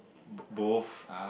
both